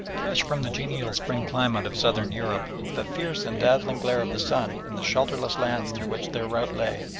fresh from the genial spring climate of southern europe, the fierce and dazzling glare of the sun in the shelterless lands through which their route lay,